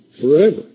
forever